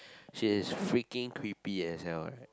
she's freaking creepy as hell eh